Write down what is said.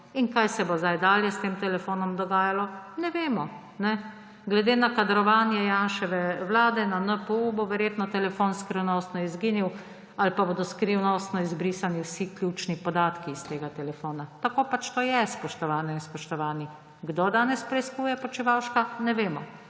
Kaj se bo dalje s tem telefonom dogajalo? Ne vemo. Glede na kadrovanje Janševe vlade na NPU, bo verjetno telefon skrivnostno izginil ali pa bodo skrivnostno izbrisani vsi ključni podatki iz tega telefona. Tako pač to je, spoštovane in spoštovani. Kdo danes preiskuje Počivalška? Ne vem,